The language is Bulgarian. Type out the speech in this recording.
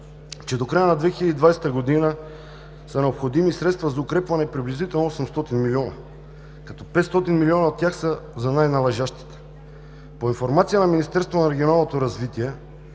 че до края на 2020 г. са необходими средства за укрепване от приблизително 800 млн. лв., като 500 млн. лв. от тях са за най-належащите. По информация на Министерството на регионалното развитие